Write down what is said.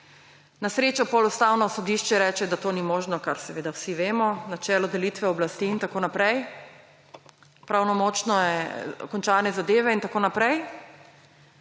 Na srečo potem Ustavno sodišče reče, da to ni možno, kar seveda vsi vemo, načelo delitve oblasti in tako naprej, pravnomočno je, končane zadeve in tako naprej.